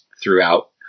throughout